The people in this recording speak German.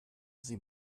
sie